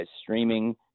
streaming